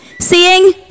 seeing